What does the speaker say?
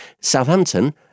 Southampton